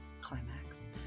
climax